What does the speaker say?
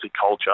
culture